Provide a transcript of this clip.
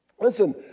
Listen